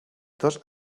dos